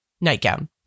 nightgown